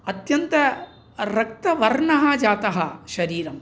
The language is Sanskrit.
अत्यन्तरक्तवर्णं जातं शरीरम्